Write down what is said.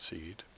Seed